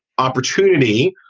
opportunity,